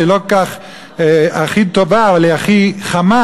שהיא לא הכי טובה אבל היא הכי חמה: